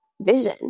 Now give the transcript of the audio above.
vision